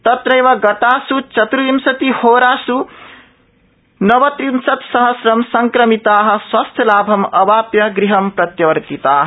तत्रैव गतास् चत्र्विंशतिहोरास् नवत्रिंशत्सहस्रं सक्रमिता स्वास्थ्यलाभम् अवाप्य गृहं प्रत्यवर्तिता